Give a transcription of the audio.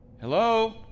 Hello